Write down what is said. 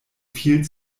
viel